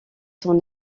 son